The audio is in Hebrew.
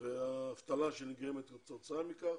והאבטלה שנגרמת כתוצאה מכך